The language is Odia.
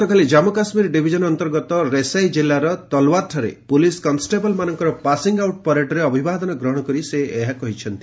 ଗତକାଲି ଜାନ୍ମୁ କାଶ୍ମୀର ଡିଭିଜନ୍ ଅନ୍ତର୍ଗତ ରେସାଇ ଜିଲ୍ଲାର ତଲୱାର୍ଠାରେ ପୁଲିସ୍ କନ୍ଷେବଲ୍ମାନଙ୍କର ପାସିଙ୍ଗ୍ଆଉଟ୍ ପରେଡ୍ରେ ଅଭିବାଦନ କରି ସେ ଏହା କହିଛନ୍ତି